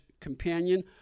Companion